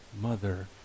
mother